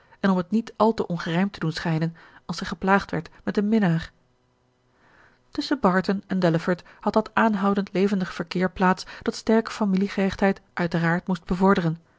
en om het niet al te ongerijmd te doen schijnen als zij geplaagd werd met een minnaar tusschen barton en delaford had dat aanhoudend levendig verkeer plaats dat sterke familiegehechtheid uiteraard moest bevorderen